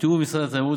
בתיאום עם משרד התיירות,